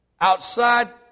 outside